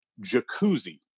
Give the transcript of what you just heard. jacuzzi